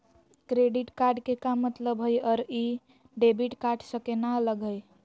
Credit card के का मतलब हई अरू ई डेबिट कार्ड स केना अलग हई?